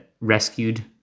rescued